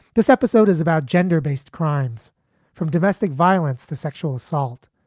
this episode is about gender based crimes from domestic violence to sexual assault.